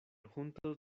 juntos